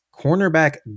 cornerback